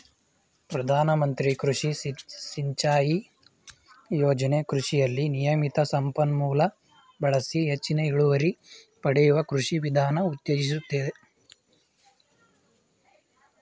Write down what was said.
ಪ್ರಧಾನಮಂತ್ರಿ ಕೃಷಿ ಸಿಂಚಾಯಿ ಯೋಜನೆ ಕೃಷಿಯಲ್ಲಿ ನಿಯಮಿತ ಸಂಪನ್ಮೂಲ ಬಳಸಿ ಹೆಚ್ಚಿನ ಇಳುವರಿ ಪಡೆಯುವ ಕೃಷಿ ವಿಧಾನ ಉತ್ತೇಜಿಸ್ತದೆ